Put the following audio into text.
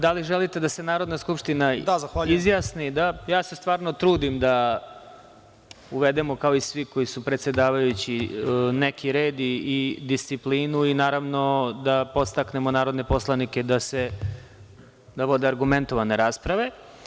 Da li želite da se Narodna skupština izjasni? (Balša Božović: Da.) Ja se stvarno trudim da uvedemo, kao i svi koji su predsedavajući, neki red i disciplinu i, naravno, da podstaknemo narodne poslanike da vode argumentovane rasprave.